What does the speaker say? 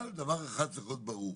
אבל, דבר אחד צריך להיות ברור.